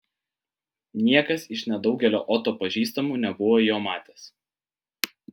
niekas iš nedaugelio oto pažįstamų nebuvo jo matęs